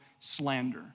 slander